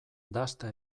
dasta